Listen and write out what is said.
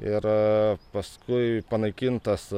ir paskui panaikintas